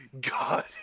God